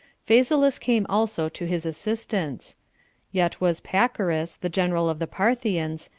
phasaelus came also to his assistance yet was pacorus, the general of the parthians,